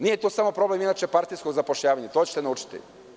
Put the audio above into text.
Nije to samo problem partijskog zapošljavanja, to ćete naučiti.